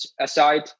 aside